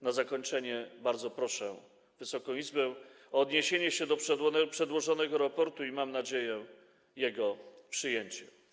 Na zakończenie bardzo proszę Wysoką Izbę o odniesienie się do przedłożonego raportu i - mam nadzieję - jego przyjęcie.